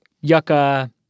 yucca